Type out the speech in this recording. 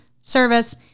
service